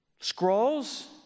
scrolls